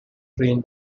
train